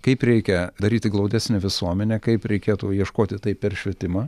kaip reikia daryti glaudesnę visuomenę kaip reikėtų ieškoti tai per švietimą